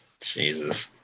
Jesus